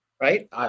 Right